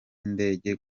indege